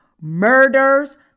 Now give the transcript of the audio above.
murders